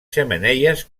xemeneies